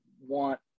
want